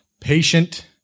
patient